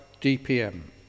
D-P-M